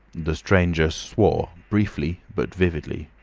the stranger swore briefly but vividly.